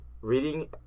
reading